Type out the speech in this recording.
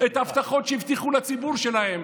את ההבטחות שהבטיחו לציבור שלהם,